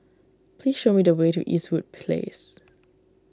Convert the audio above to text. please show me the way to Eastwood Place